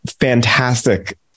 fantastic